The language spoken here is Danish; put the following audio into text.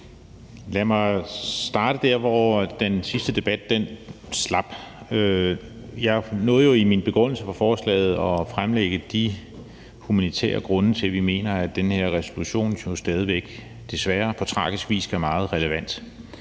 Lad mig starte der, hvor den sidste debat slap. Jeg nåede jo i min begrundelse for forslaget at fremlægge de humanitære grunde til, at vi mener, at den her resolution jo stadig væk på tragisk vis desværre er meget relevant.